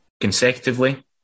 consecutively